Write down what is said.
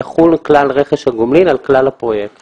יחול כלל רכש הגומלין על כלל הפרויקט